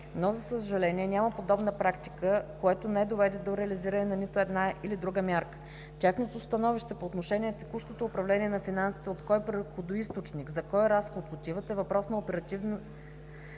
но за съжаление няма подобна практика, което не доведе до реализирането нито на едната, нито на другата мярка. Тяхното становище по отношение текущото управление на финансите, от кой приходоизточник за кой разход отиват, е въпрос на оперативни